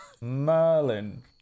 Merlin